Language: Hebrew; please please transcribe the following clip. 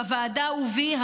בוועדה ובי,